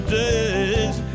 days